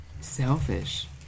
Selfish